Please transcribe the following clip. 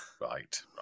right